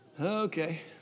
okay